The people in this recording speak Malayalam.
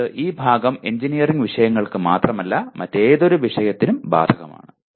അതായത് ഈ ഭാഗം എഞ്ചിനീയറിംഗ് വിഷയങ്ങൾക്ക് മാത്രമല്ല മറ്റേതൊരു വിഷയത്തിനും ബാധകമാണ്